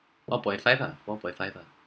one point five lah one one point five lah